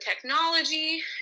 technology